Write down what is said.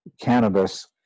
cannabis